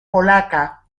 polaca